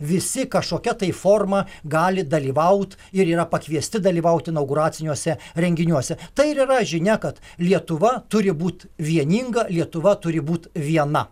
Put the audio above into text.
visi kažkokia tai forma gali dalyvaut ir yra pakviesti dalyvaut inauguraciniuose renginiuose tai ir yra žinia kad lietuva turi būt vieninga lietuva turi būt viena